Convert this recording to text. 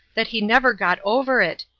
that he never got over it,